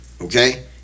Okay